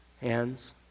hands